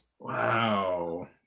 Wow